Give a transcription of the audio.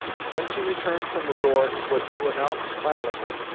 when she returned from the door it was to announce, smilingly,